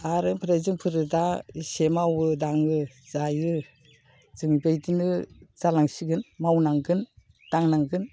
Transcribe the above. आरो ओमफ्राय जोंफोरो दा इसे मावो दाङो जायो जों बेदिनो जालांसिगोन मावनांगोन दांनांगोन